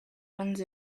runs